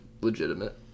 Legitimate